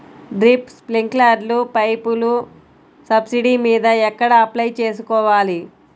Drip, స్ప్రింకర్లు పైపులు subsidy మీద ఎక్కడ అప్లై చేసుకోవాలి?